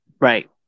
Right